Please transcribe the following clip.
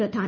Pradhan